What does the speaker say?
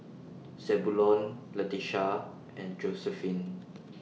Zebulon Leticia and Josephine